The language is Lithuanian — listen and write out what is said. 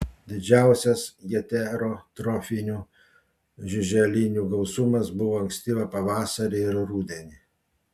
didžiausias heterotrofinių žiuželinių gausumas buvo ankstyvą pavasarį ir rudenį